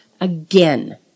again